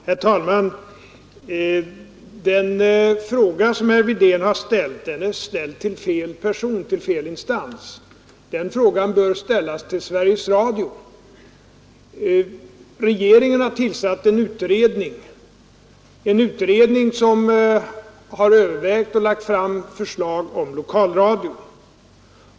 Herr talman! Herr Wirténs fråga är ställd till fel person och till fel instans; den bör ställas till Sveriges Radio. Regeringen har tillsatt en utredning som övervägt och lagt fram förslag om lokalradion.